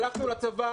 הלכנו לצבא,